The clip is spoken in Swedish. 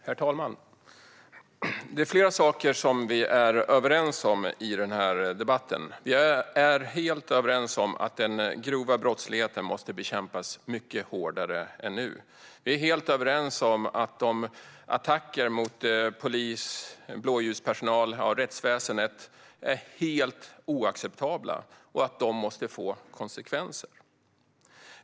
Herr talman! Det är flera saker som vi är överens om i den här debatten. Vi är helt överens om att den grova brottsligheten måste bekämpas mycket hårdare än nu. Vi är helt överens om att attackerna mot polis, blåljuspersonal och rättsväsendet är helt oacceptabla och måste få konsekvenser.